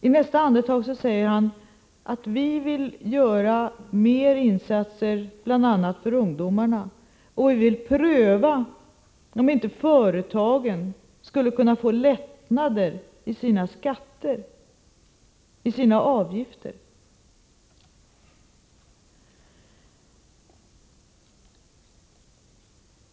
I nästa andetag säger han: Vi vill göra mer insatser för bl.a. ungdomarna, och vi vill pröva om inte företag skulle kunna få lättnader i sina skatter och avgifter.